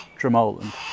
Dromoland